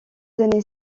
années